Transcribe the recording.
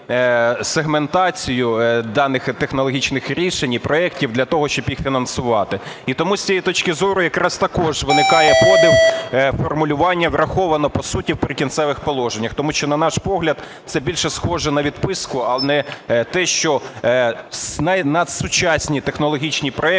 сегментацію даних технологічних рішень і проектів для того, щоб їх фінансувати. І тому з цієї точки зору якраз також виникає подив формулювання: враховано по суті в "Прикінцевих положеннях". Тому що на наш погляд, це більше схоже на відписку, а не те, що надсучасні технологічні проекти